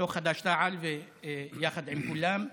בתוך חד"ש-תע"ל ויחד עם כולם,